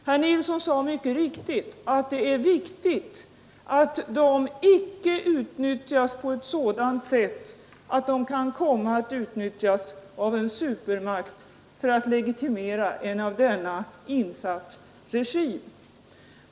Herr Nilsson sade mycket riktigt att det är väsentligt att dessa principer icke tillämpas på ett sådant sätt att de kan komma att utnyttjas av en supermakt för att legitimera en av denna insatt regim.